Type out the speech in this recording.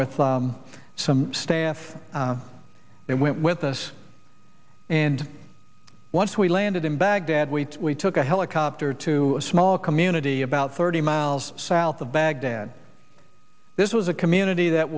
with some staff that went with us and once we landed in baghdad we took a helicopter to a small community about thirty miles south of baghdad this was a community that